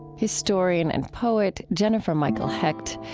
historian and poet jennifer michael hecht.